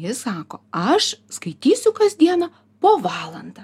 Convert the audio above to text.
jis sako aš skaitysiu kasdieną po valandą